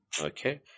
Okay